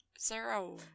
zero